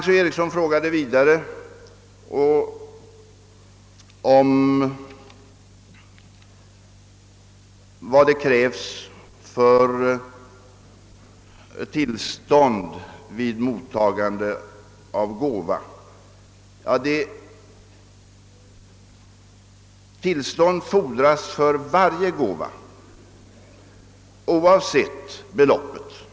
Sedan frågade fru Nancy Eriksson också när det fordras tillstånd för mottagande av gåva. Svaret är att tillstånd fordras för varje gåva, oavsett beloppets storlek.